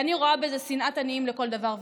אני רואה בזה שנאת עניים לכל דבר ועניין,